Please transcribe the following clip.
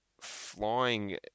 flying